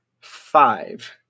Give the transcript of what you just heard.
Five